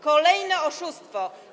Kolejne oszustwo.